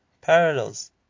parallels